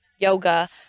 yoga